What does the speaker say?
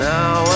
Now